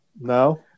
No